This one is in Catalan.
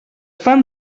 fan